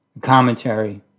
commentary